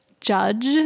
judge